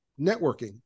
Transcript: networking